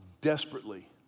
desperately